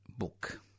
book